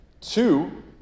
Two